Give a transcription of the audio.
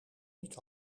niet